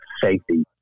safety